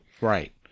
Right